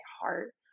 heart